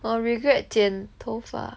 我 regret 剪头发